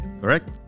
correct